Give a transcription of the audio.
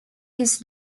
his